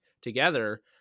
together